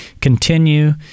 continue